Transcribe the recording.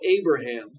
Abraham